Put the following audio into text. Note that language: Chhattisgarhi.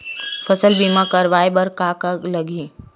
फसल बीमा करवाय बर का का लगही?